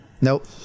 Nope